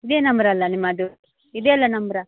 ಇದೇ ನಂಬ್ರ ಅಲಾ ನಿಮ್ಮದು ಇದೆ ಅಲಾ ನಂಬ್ರ